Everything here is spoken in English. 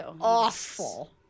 Awful